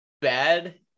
bad